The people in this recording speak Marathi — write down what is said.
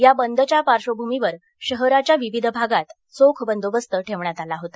या बंदच्या पार्श्वभूमीवर शहराच्या विविध भागात चोख बंदोबस्त ठेवण्यात आला होता